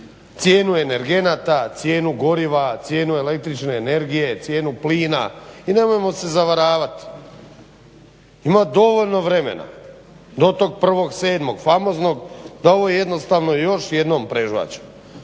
cijenu energenata, cijenu goriva, cijenu el.energije, cijenu plina i nemojmo se zavaravati. Ima dovoljno vremena do tog 1.7.famoznog da ovo jednostavno još jednom prežvačemo.